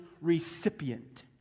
recipient